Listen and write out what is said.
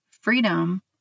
freedom